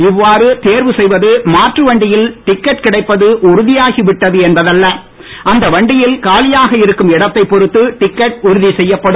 இவ்வாறு தேர்வு செய்வது மாற்று வண்டியில் டிக்கெட் கிடைப்பது உறுதியாகி விட்டது என்பதல்ல அந்த வண்டியில் காலியாக இருக்கும் இடத்தை பொறுத்து டிக்கெட் உறுதி செய்யப்படும்